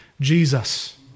Jesus